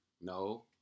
No